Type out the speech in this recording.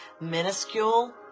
minuscule